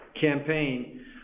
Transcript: campaign